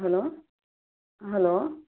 hello hello